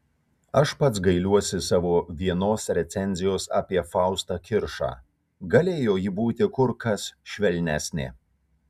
aš pats gailiuosi savo vienos recenzijos apie faustą kiršą galėjo ji būti kur kas švelnesnė